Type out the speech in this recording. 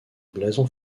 blason